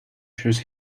shows